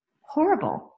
horrible